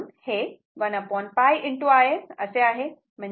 म्हणून हे 1 π Im असे आहे